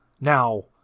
Now